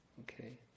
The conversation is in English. Okay